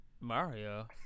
Mario